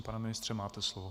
Pane ministře, máte slovo.